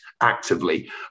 actively